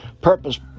purpose